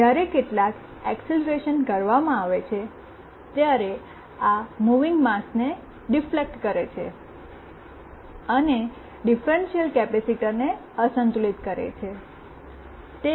જ્યારે કેટલાક એકસેલરેશન કરવામાં આવે છે ત્યારે આ મુવીંગ માસ ને ડિફલેક્ટ કરે છે અને ડિફરેન્શલ કેપેસિટરને અસંતુલિત કરે છે